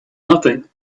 nothing